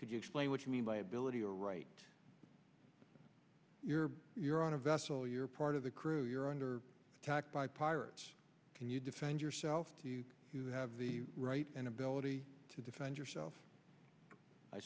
could you explain what you mean by ability or right you're you're on a vessel you're part of the crew you're under attack by pirates can you defend yourself you have the right and ability to defend yourself i